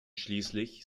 schließlich